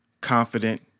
confident